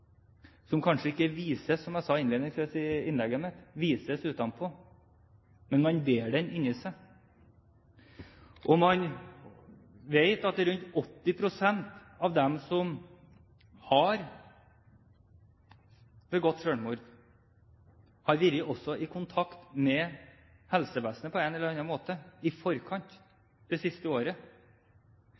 kanskje ikke utenpå, som jeg sa innledningsvis i innlegget mitt, men man bærer det inni seg. Man vet at rundt 80 pst. av dem som har begått selvmord, har vært i kontakt med helsevesenet på en eller annen måte i forkant det siste året.